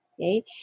Okay